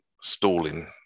stalling